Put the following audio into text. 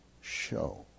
show